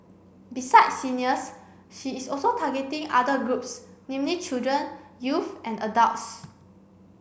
besides seniors she is also targeting other groups namely children youth and adults